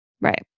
Right